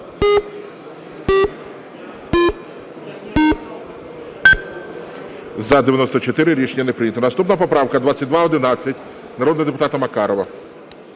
За-94 Рішення не прийнято. Наступна поправка 2211, народного депутата Макарова.